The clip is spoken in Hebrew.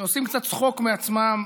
שעושים קצת צחוק מעצמם